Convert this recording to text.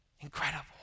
Incredible